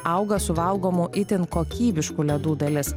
auga suvalgomų itin kokybiškų ledų dalis